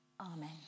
Amen